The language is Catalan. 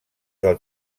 del